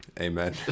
Amen